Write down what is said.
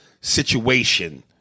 situation